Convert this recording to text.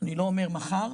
אני לא אומר מחר,